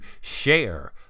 share